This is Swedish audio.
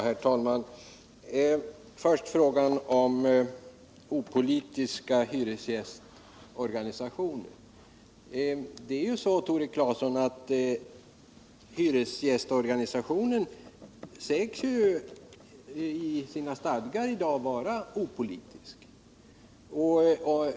Herr talman! Först frågan om opolitiska hyresgästsorganisationer. Det är ju så, att hyresgästorganisationen 1 dag i sina stadgar sägs vara opolitisk.